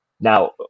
Now